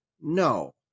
No